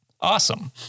Awesome